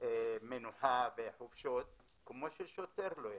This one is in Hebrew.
מנוחה וחופשות כמו ששוטר לא יכול.